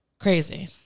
Crazy